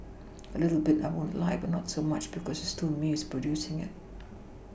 a little bit I won't lie but not so much because it's still me who is producing it